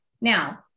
Now